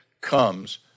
comes